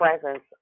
presence